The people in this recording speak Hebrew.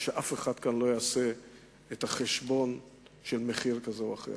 ושאף אחד כאן לא יעשה את החשבון של מחיר כזה או אחר.